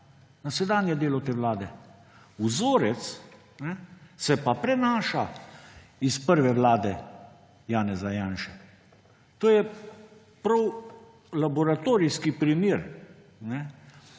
Na sedanje delo te vlade. Vzorec se pa prenaša iz prve vlade Janeza Janša. To je prav laboratorijski primer,